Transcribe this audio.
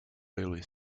railway